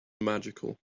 magical